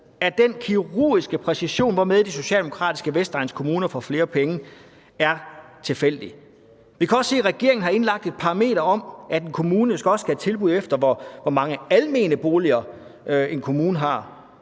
at den kirurgiske præcision, hvormed de socialdemokratiske Vestegnskommuner får flere penge, er tilfældig. Vi kan også se, at regeringen har indlagt et parameter om, at en kommune også skal have tilskud efter, hvor mange almene boliger en kommune har.